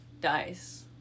dice